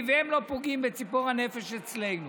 היום